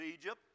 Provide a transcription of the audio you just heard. Egypt